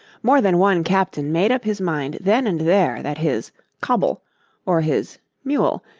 more than one captain made up his mind then and there that his cobble or his mule,